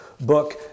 book